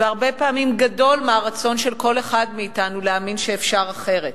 והרבה פעמים גדול מהרצון של כל אחד מאתנו להאמין שאפשר אחרת,